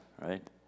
right